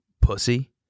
pussy